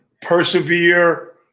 persevere